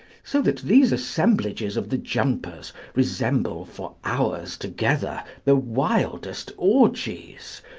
so that these assemblages of the jumpers resemble for hours together the wildest orgies,